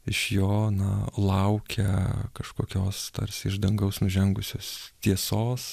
iš jo na laukia kažkokios tarsi iš dangaus nužengusios tiesos